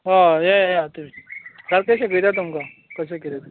हय ये येयात तुमी सारकें शिकयता तुमकां कशें कितें तें